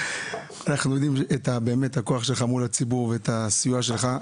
אנחנו יודעים באמת את הכוח שלך מול הציבור ואת הסיוע שלך.